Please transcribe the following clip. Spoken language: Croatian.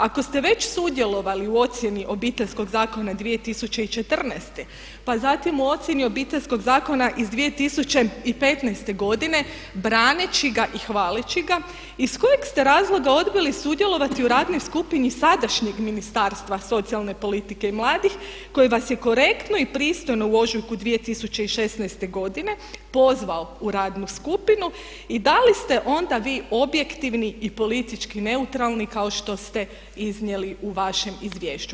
Ako ste već sudjelovali u ocjeni Obiteljskog zakona 2014. pa zatim u ocjeni Obiteljskog zakona iz 2015.godine braneći ga i hvaleći ga, iz kojeg ste razloga odbili sudjelovati u radnoj skupini sadašnjeg Ministarstva socijalne politike i mladih koji vas je korektno i pristojno u ožujku 2016.godine pozvao u radnu skupinu i da li ste onda vi objektivni i politički neutralni kao što ste iznijeli u vašem izvješću.